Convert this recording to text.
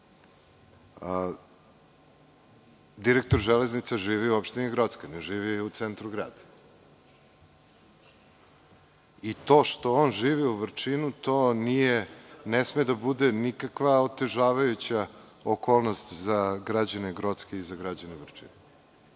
nije. Direktor „Železnica“ živi u opštini Grocka, ne živi u centru grada. To što on živi u Vrčinu, to ne sme da bude nikakva otežavajuća okolnost za građane Grocke i za građane